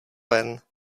ven